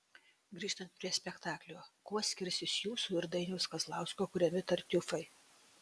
grįžtant prie spektaklio kuo skirsis jūsų ir dainiaus kazlausko kuriami tartiufai